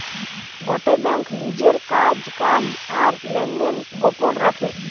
গটে বেঙ্ক লিজের কাজ কাম আর লেনদেন গোপন রাখে